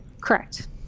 Correct